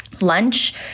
Lunch